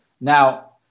Now